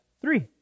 three